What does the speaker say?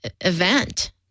event